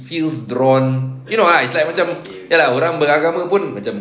feels drawn you know it's like macam ya lah orang beragama pun macam